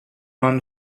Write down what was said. run